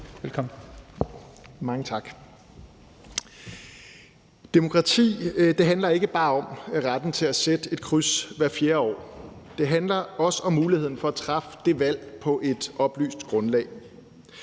(EL): Mange tak. Demokrati handler ikke bare om retten til at sætte et kryds hvert fjerde år. Det handler også om muligheden for at træffe det valg på et oplyst grundlag.